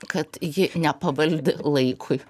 kad ji nepavaldi laikui